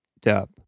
dub